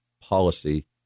policy